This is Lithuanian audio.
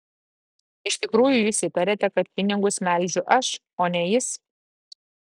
iš tikrųjų jūs įtariate kad pinigus melžiu aš o ne jis